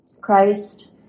Christ